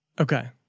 Okay